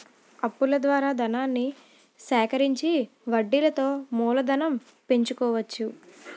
అప్పుల ద్వారా ధనాన్ని సేకరించి వడ్డీలతో మూలధనం పెంచుకోవచ్చు